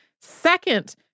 Second